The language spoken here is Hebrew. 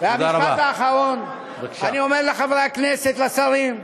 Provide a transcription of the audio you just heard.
והמשפט האחרון, אני אומר לחברי הכנסת והשרים: